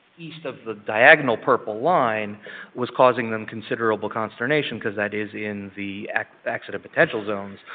east of the diagonal purple line was causing them considerable consternation because that is in the accident potential zones,